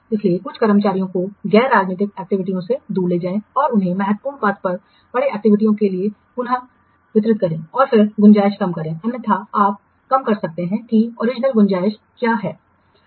इसलिए कुछ कर्मचारियों को गैर राजनीतिक एक्टिविटीयों से दूर ले जाएं और उन्हें महत्वपूर्ण पथ पर पड़ी एक्टिविटीयों के लिए पुनः वितरित करें और फिर गुंजाइश कम करें अन्यथा आप कम कर सकते हैं कि ओरिजिनल गुंजाइश क्या है